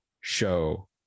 show